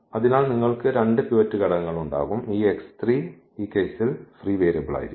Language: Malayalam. അതിനാൽ നിങ്ങൾക്ക് 2 പിവറ്റ് ഘടകങ്ങൾ ഉണ്ടാകും ഈ ഈ കേസിൽ ഫ്രീ വേരിയബിളായിരിക്കും